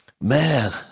man